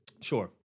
Sure